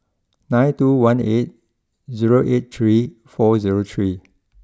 nine two one eight zero eight three four zero three